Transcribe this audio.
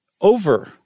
Over